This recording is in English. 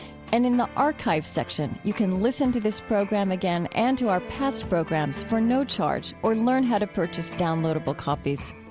and in the archive section, you can listen to this program again and to our past programs for no charge, or learn how to purchase downloadable copies.